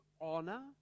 honor